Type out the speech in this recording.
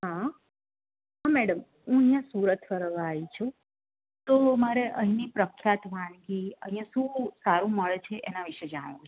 હા હા મેડમ હું અહીંયા સુરત ફરવા આવી છું તો મારે અહીંની પ્રખ્યાત વાનગી અહીંયા શું સારું મળે છે એના વિષે જાણવું છે